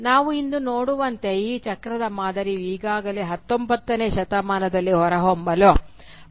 ನಾವು ಇಂದು ನೋಡುವಂತೆ ಈ ಚಕ್ರದ ಮಾದರಿಯು ಈಗಾಗಲೇ 19 ನೇ ಶತಮಾನದಲ್ಲಿ ಹೊರಹೊಮ್ಮಲು ಪ್ರಾರಂಭಿಸಿತು